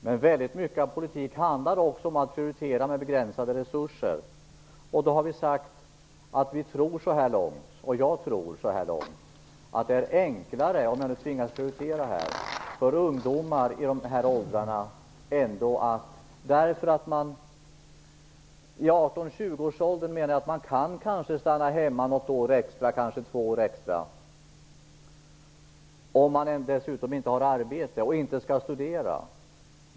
Men väldigt mycket av politik handlar om att prioritera med begränsade resurser. Vi tror så här långt - och jag tror så här långt - att det är enklare, om vi nu tvingas att prioritera, för ungdomar i dessa åldrar. I 18-20-årsåldern menar jag att man kanske kan stanna hemma något år extra, eller kanske två år extra, om man dessutom inte har arbete och inte skall studera.